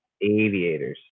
Aviators